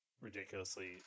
ridiculously